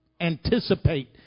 anticipate